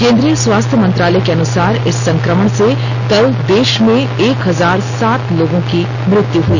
केन्द्रीय स्वास्थ्य मंत्रालय के अनुसार इस संक्रमण से कल देश में एक हजार सात लोगों की मृत्यु हुई